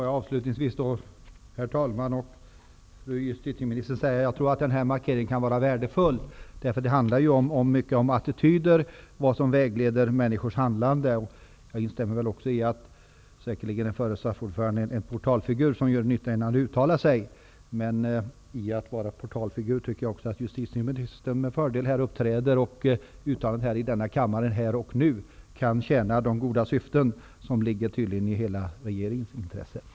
Herr talman! Låt mig avslutningsvis, fru justitieminister, säga att jag tror att den här markeringen kan vara värdefull, eftersom det i hög grad är attityder som vägleder människors handlande. Jag instämmer också i att den förre SAF ordföranden säkerligen är en portalfigur och att det därför gör nytta att han uttalar sig. Men jag menar att också justitieministern med fördel här uppträder som en portalfigur, och uttalanden i denna kammare här och nu kan därför tjäna de goda syften som tydligen ligger i hela regeringens intresse.